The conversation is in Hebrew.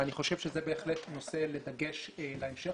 אני חושב שזה בהחלט נושא לדגש להמשך